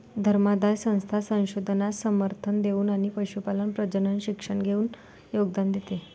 धर्मादाय संस्था संशोधनास समर्थन देऊन आणि पशुपालन प्रजनन शिक्षण देऊन योगदान देते